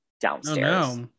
downstairs